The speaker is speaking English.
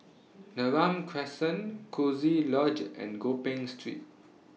Neram Crescent Coziee Lodge and Gopeng Street